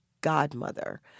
godmother